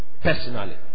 personally